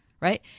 Right